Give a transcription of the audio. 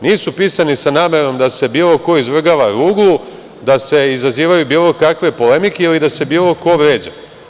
Nisu pisani sa namerom da se bilo ko izvrgava ruglu, da se izazivaju bilo kakve polemike ili da se bilo ko vređa.